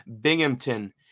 Binghamton